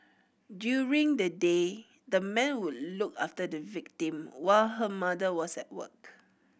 during the day the man would look after the victim while her mother was at work